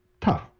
tough